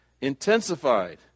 intensified